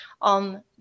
on